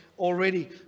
Already